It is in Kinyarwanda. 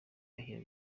irahira